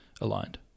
aligned